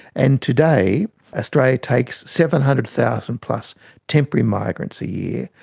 and today australia takes seven hundred thousand plus temporary migrants a year,